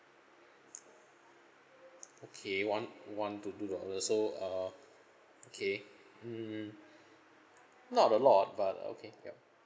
okay one one to two dollar so err okay hmm not a lot but okay yup